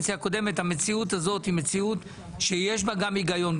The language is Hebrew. המציאות הזאת היא מציאות שיש בה גם הגיון.